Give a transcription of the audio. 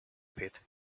pit